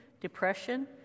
depression